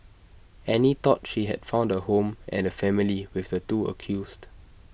Annie thought she had found A home and A family with the two accused